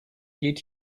geht